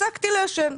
הפסקתי לעשן.